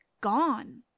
gone